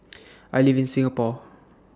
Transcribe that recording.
I live in Singapore